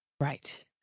Right